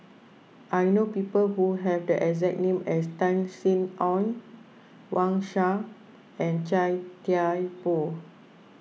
I know people who have the exact name as Tan Sin Aun Wang Sha and Chia Thye Poh